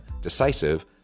decisive